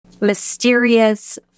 mysterious